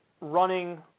running